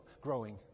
growing